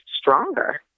stronger